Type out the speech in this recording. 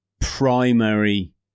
primary